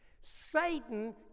Satan